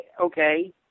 okay